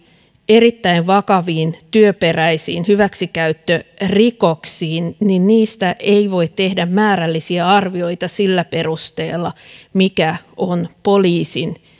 erittäin vakavista työperäisistä hyväksikäyttörikoksista ei voi tehdä määrällisiä arvioita sillä perusteella mikä on poliisin